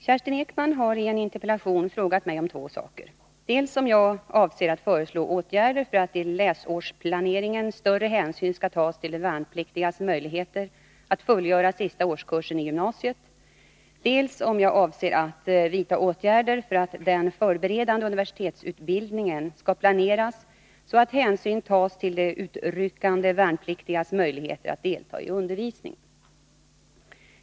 Fru talman! Kerstin Ekman har i en interpellation frågat mig om två saker: dels om jag avser att föreslå åtgärder för att i läsårsplaneringen större hänsyn skall tas till de värnpliktigas möjligheter att fullfölja sista årskursen i gymnasiet, dels om jag avser att vidta åtgärder för att den förberedande universitetsutbildningen skall planeras så att hänsyn tas till de utryckande värnpliktigas möjligheter att delta i undervisningen.